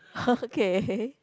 okay